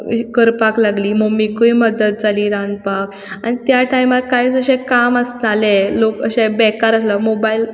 करपाक लागलीं मम्मीकूय मदत जाली रांदपाक आनी त्या टायमार कांयच अशें काम नासतालें लोक असो बेकार आसलो मोबायल